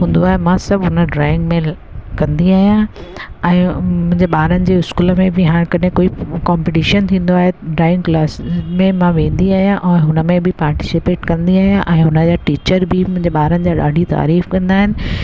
हूंदो आहे मां सभु हुन ड्राइंग में कंदी आहियां ऐं मुंहिंजे ॿारनि जे स्कूल में बि हाणे कॾहिं कोई कॉम्पीटिशन थींदो आहे ड्राइंग क्लास में मां वेंदी आहियां ऐं हुन में बि पार्टिसिपेट कंदी आहियां ऐं हुन जा टीचर बि मुंहिंजे ॿारनि जा ॾाढी तारीफ़ु कंदा आहिनि